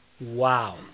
Wow